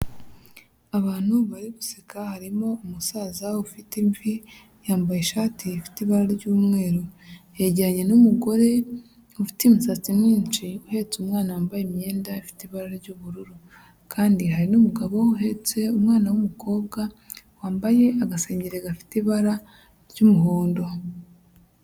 Abantu bari guseka harimo umusaza ufite imvi yambaye ishati ifite ibara ry'umweru, yegeranye n'umugore ufite imisatsi myinshi uhetse umwana wambaye imyenda ifite ibara ry'ubururu, kandi hari n'umugabo uhetse umwana w'umukobwa wambaye agasengeri gafite ibara ry'umuhondo.